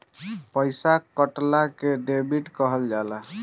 पइसा कटला के डेबिट कहल जाला